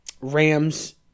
Rams